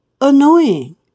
annoying